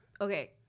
okay